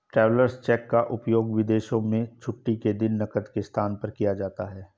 travellers cheque का उपयोग विदेशों में छुट्टी के दिन नकद के स्थान पर किया जाता है